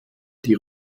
die